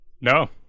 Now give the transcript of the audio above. No